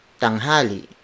tanghali